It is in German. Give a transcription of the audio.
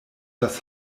das